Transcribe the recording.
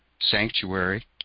sanctuary